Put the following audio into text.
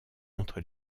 entre